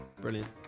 Brilliant